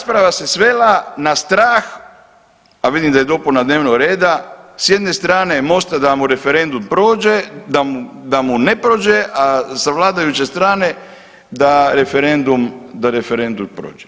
Ova rasprava se svela na strah, a vidim da je dopuna dnevnog reda, s jedne strane Mosta da mu referendum prođe, da mu ne prođe, a sa vladajuće strane da referendum, da referendum prođe.